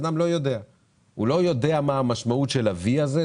אדם לא יודע מה המשמעות של סימון ה-וי הזה,